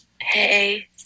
Hey